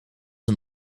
een